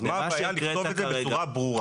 אז מה הבעיה לכתוב את זה בצורה ברורה?